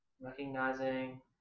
recognizing